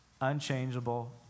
unchangeable